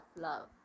love